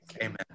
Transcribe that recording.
Amen